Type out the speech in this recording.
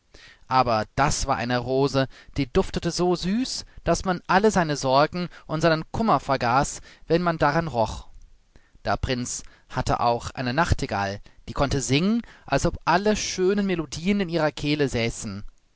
aber das war eine rose die duftete so süß daß man alle seine sorgen und seinen kummer vergaß wenn man daran roch der prinz hatte auch eine nachtigall die konnte singen als ob alle schönen melodien in ihrer kehle säßen